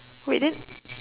wait then